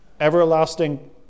everlasting